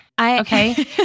Okay